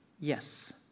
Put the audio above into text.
Yes